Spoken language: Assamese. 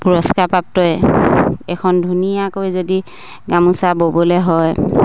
পুৰস্কাৰ প্ৰাপ্তই এখন ধুনীয়াকৈ যদি গামোচা ববলে হয়